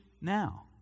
now